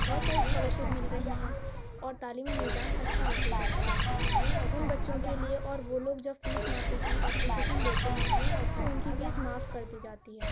بہت ساری اسکالرشپ مل رہی ہیں اور تعلیمی نظام اچھا ہوتے جا رہے ہیں ان بچوں کے لیے اور وہ لوگ جو فیس معافی کی اپلیکیشن دیتے ہیں تو ان کی فیس معاف کر دی جاتی ہے